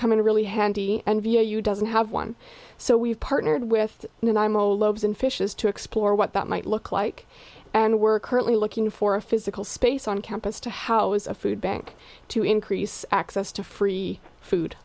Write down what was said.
come in really handy and via you doesn't have one so we've partnered with and imo loaves and fishes to explore what that might look like and we're currently looking for a physical space on campus to house a food bank to increase access to free food